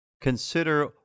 consider